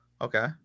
Okay